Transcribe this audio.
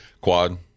quad